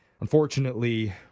unfortunately